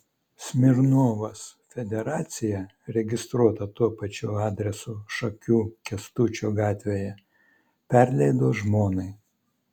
smirnovas federaciją registruotą tuo pačiu adresu šakių kęstučio gatvėje perleido žmonai